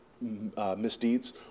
misdeeds